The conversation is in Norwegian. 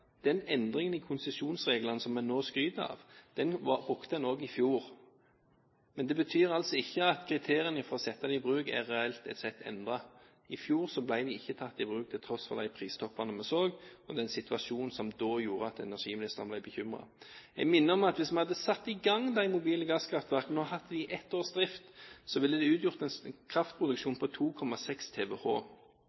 den endringen i konsesjonsreglene som en nå skryter av. Det betyr ikke at kriteriene for å sette dem i bruk reelt sett er endret. I fjor ble de ikke tatt i bruk, til tross for de pristoppene vi så, og den situasjonen som da gjorde at energiministeren ble bekymret. Jeg minner om at hvis vi hadde satt i gang de mobile gasskraftverkene vi har hatt i drift i ett års tid, ville det utgjort en kraftproduksjon